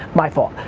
my fault.